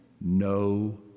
No